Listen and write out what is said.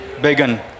begun